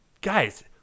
guys